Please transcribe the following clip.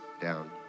down